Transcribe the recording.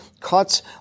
Cuts